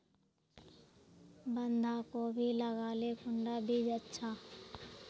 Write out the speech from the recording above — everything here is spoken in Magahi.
बंधाकोबी लगाले कुंडा बीज अच्छा?